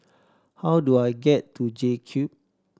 how do I get to J Cube